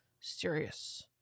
serious